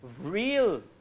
real